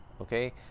okay